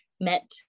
met